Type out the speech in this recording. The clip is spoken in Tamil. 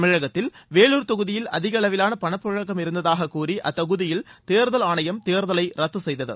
தமிழகத்தில் வேலூர் தொகுதியில் அதிக அளவிலான பணப்பழக்கம் இருந்ததாக கூறி அத்தொகுதியில் தேர்தல் ஆணையம் தேர்தலை ரத்து செய்தது